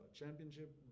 championship